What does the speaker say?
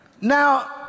Now